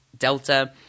Delta